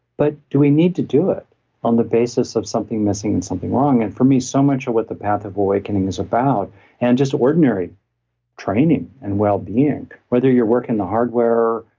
but do we need to do it on the basis of something missing and something wrong. and for me, so much of what the path of awakening is about and just ordinary training and wellbeing, whether you're working in the hardware,